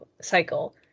cycle